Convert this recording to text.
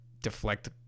deflect